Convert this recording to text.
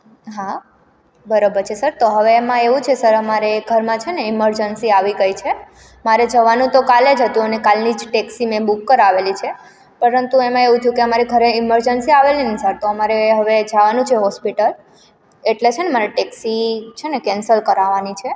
હા બરોબર છે સર તો હવે એમાં એવું છે સર અમારે ઘરમાં છે ને ઇમરજન્સી આવી ગઈ છે મારે જવાનું તો કાલે જ હતું અને કાલની જ ટેક્સી મેં બુક કરાવેલી છે પરંતુ એમાં એવું થયું કે અમારી ઘરે ઇમરજન્સી આવેલી ને સર તો અમારે હવે જવાનું છે હોસ્પિટલ એટલે છે ને મારે ટેક્સી છે ને કેન્સલ કરાવવાની છે